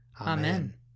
Amen